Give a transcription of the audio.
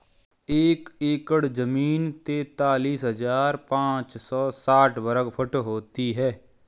एक एकड़ जमीन तैंतालीस हजार पांच सौ साठ वर्ग फुट होती है